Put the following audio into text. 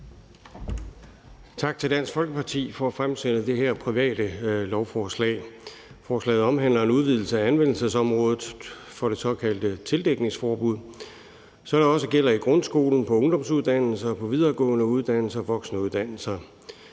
Tak til Dansk Folkeparti for at fremsætte det her private lovforslag. Forslaget omhandler en udvidelse af anvendelsesområdet for det såkaldte tildækningsforbud, så det også gælder i grundskolen, på ungdomsuddannelser, på videregående uddannelser og voksenuddannelser.